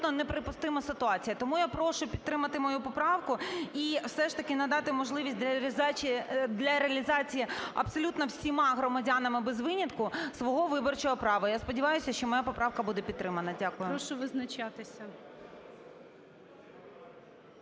неприпустима ситуація. Тому я прошу підтримати мою поправку і, все ж таки, надати можливість для реалізації абсолютно всіма громадянами без винятку свого виборчого права. Я сподіваюся, що моя поправка буде підтримана. Дякую. ГОЛОВУЮЧИЙ. Прошу визначатися.